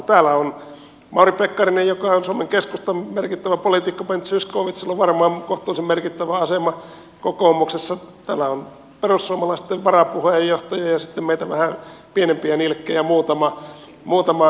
täällä on mauri pekkarinen joka on suomen keskustan merkittävä poliitikko ben zyskowiczillä on varmaan kohtuullisen merkittävä asema kokoomuksessa täällä on perussuomalaisten varapuheenjohtaja ja sitten meitä vähän pienempiä nilkkejä muutama